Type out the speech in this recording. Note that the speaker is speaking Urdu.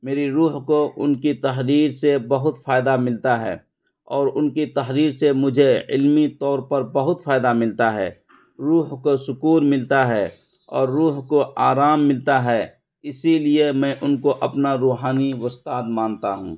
میری روح کو ان کی تحریر سے بہت فائدہ ملتا ہے اور ان کی تحریر سے مجھے علمی طور پر بہت فائدہ ملتا ہے روح کو سکون ملتا ہے اور روح کو آرام ملتا ہے اسی لیے میں ان کو اپنا روحانی استاد مانتا ہوں